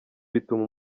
bituma